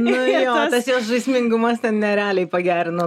nu jo tas jos žaismingumas ten nerealiai pagerino